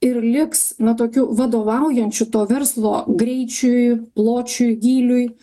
ir liks na tokiu vadovaujančiu to verslo greičiui pločiui gyliui